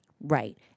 Right